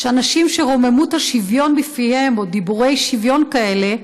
של אנשים שרוממות השוויון בפיהם או דיבורי שוויון כאלה,